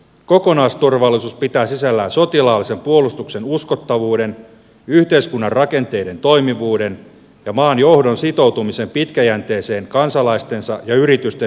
kokonaisturvallisuus pitää sisällään sotilaallisen puolustuksen uskottavuuden yhteiskunnan rakenteiden toimivuuden ja maan johdon sitoutumisen pitkäjänteiseen kansalaistensa ja yritystensä puolustamiseen